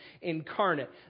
incarnate